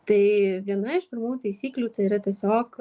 tai viena iš pirmųjų taisyklių tai yra tiesiog